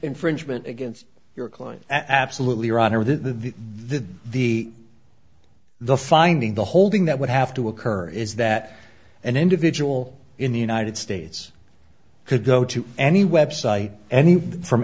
infringement against your client absolutely your honor the the the finding the holding that would have to occur is that an individual in the united states could go to any website and he from